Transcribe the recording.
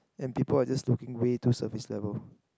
and people are just looking way to surface level